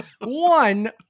one